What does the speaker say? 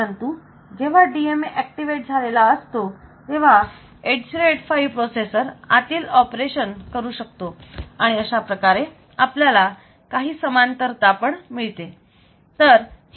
परंतु जेव्हा DMA activate झालेला असतो तेव्हा 8085 प्रोसेसर आतील ऑपरेशन करू शकतो आणि अशाप्रकारे आपल्याला काही समांतरता पण मिळते